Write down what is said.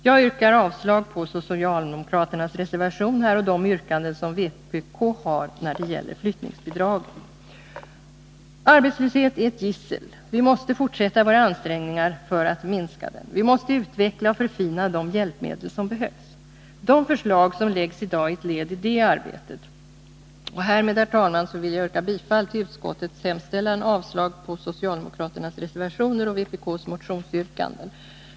Jag yrkar avslag på socialdemokraternas reservation och de yrkanden som vpk har när det gäller flyttningsbidragen. Arbetslöshet är ett gissel. Vi måste fortsätta våra ansträngningar för att minska den, och vi måste utveckla och förfina de hjälpmedel som behövs. De förslag som läggs fram i dag är ett led i det arbetet. Härmed, herr talman, vill jag yrka bifall till utskottets hemställan och avslag på socialdemokraternas reservationer och vpk:s motionsyrkanden.